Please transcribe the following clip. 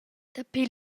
dapi